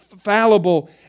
fallible